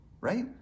right